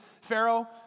Pharaoh